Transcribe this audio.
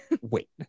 wait